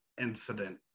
incident